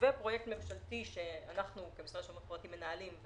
ופרויקט ממשלתי שאנחנו כמשרד לשוויון חברתי מנהלים,